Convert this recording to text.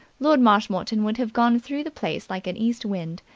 lord marshmoreton would have gone through the place like an east wind,